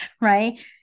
Right